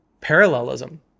parallelism